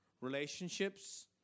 relationships